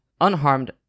unharmed